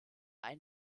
ein